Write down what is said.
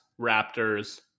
Raptors